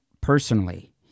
personally